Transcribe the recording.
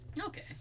okay